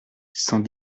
cent